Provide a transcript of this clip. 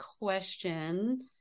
question